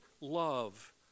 love